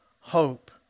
hope